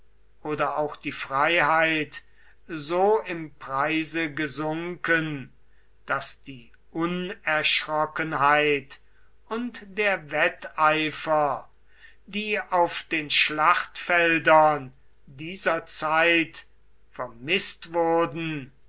oder auch die freiheit so im preise gesunken daß die unerschrockenheit und der wetteifer die auf den schlachtfeldern dieser zeit vermißt wurden